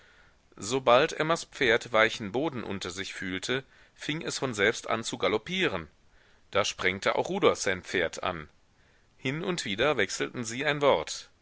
sobald emmas pferd weichen boden unter sich fühlte fing es von selbst an zu galoppieren da sprengte auch rudolf sein pferd an hin und wieder wechselten sie ein wort